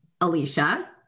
Alicia